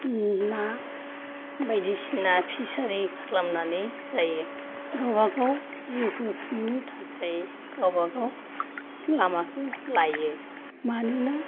ना बायदिसिना फिसारि खालामनानै जायो गावबागाव जिउखौ खुंनो थाखाय गावबागाव लामाखौ लायो मानोना